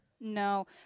no